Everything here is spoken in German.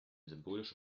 symbolische